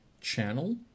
channel